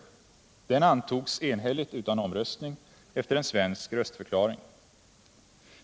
Den antogs enhälligt utan omröstning efter en svensk röstförklaring.